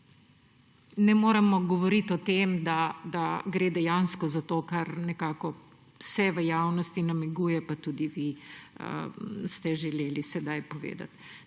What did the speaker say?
ne moremo govoriti o tem, da gre dejansko za to, kar nekako se v javnosti namiguje, pa tudi vi ste želeli sedaj povedati.